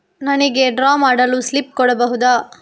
ನನಿಗೆ ಡ್ರಾ ಮಾಡಲು ಸ್ಲಿಪ್ ಕೊಡ್ಬಹುದಾ?